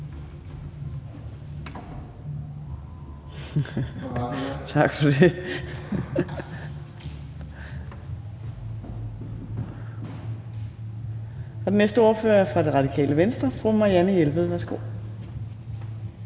ordfører. Den næste ordfører er fra Det Radikale Venstre, fru Marianne Jelved. Værsgo.